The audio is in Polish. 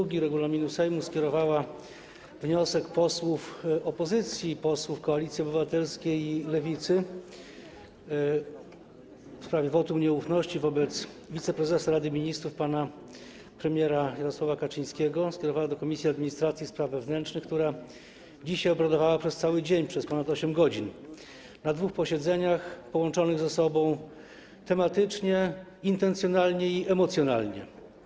ust. 2 regulaminu Sejmu wniosek posłów opozycji, posłów Koalicji Obywatelskiej i Lewicy, w sprawie wotum nieufności wobec wiceprezesa Rady Ministrów pana premiera Jarosława Kaczyńskiego skierowała do Komisji Administracji i Spraw Wewnętrznych, która dzisiaj obradowała przez cały dzień, przez ponad 8 godzin, na dwóch posiedzeniach połączonych ze sobą tematycznie, intencjonalnie i emocjonalnie.